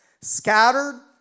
scattered